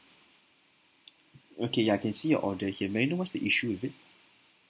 okay ya I can see your order here may I know what's the issue with it